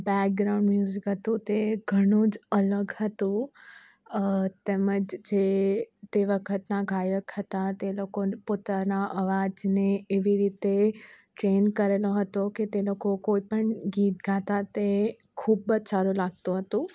background music હતું તે ઘણું જ અલગ હતું તેમ જ જે તે વખતના ગાયક હતા તે લોકો પોતાના અવાજને એવી રીતે ટ્રેન કરેલો હતો કે તે લોકો કોઈ પણ ગીત ગાતા તે ખૂબ જ સારું લાગતું હતું